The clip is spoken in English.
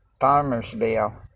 Farmersville